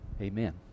Amen